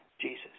Jesus